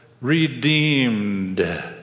redeemed